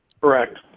Correct